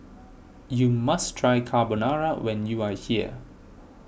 you must try Carbonara when you are here